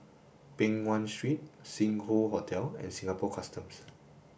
Peng Nguan Street Sing Hoe Hotel and Singapore Customs